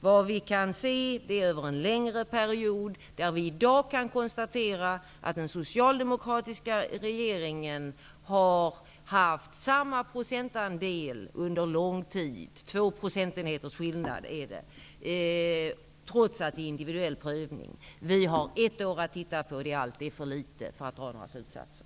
Vad vi i dag kan se över en längre period är att den socialdemokratiska regeringen har haft samma procentandel under lång tid -- två procentenheters skillnad är det -- trots att det är individuell prövning. Vi har ett år att titta på. Det är för litet för att dra några slutsatser.